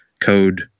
code